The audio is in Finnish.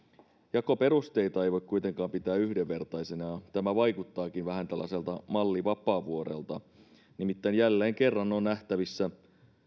jakoperusteita ei voi kuitenkaan pitää yhdenvertaisina ja tämä vaikuttaakin vähän tällaiselta malli vapaavuorelta nimittäin jälleen kerran on nähtävissä